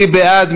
מי בעד?